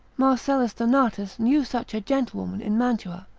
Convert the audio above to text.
marcellus donatus knew such a gentlewoman in mantua,